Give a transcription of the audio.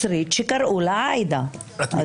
היא